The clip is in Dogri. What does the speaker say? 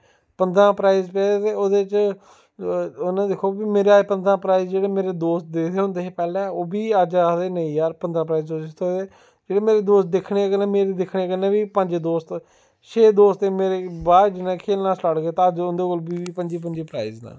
पंदरां प्राईज़ पेदे ते ओह्दे च उ'नें दिक्खो भाई मेरै कश पंदरां प्राईज़ जेह्ड़े मेरे दोस्त दिखदे होंदे हे पैह्लें ओह् बी अज्ज आखदे नेईं यार पंदरां प्राईज़ जे जे थ्होए जेह्ड़े मेरे दोस्त दिक्खने कन्नै मेरे दिक्खने कन्नै बी पंज दोस्त छे दोस्त मेरे बाद च जि'नें खेढना स्टार्ट कीता अज्ज उं'दे कोल बीह् बीह् पंजी पंजी प्राईज़ न